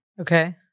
Okay